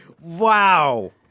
Wow